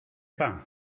pas